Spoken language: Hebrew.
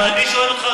ואני שואל אותך,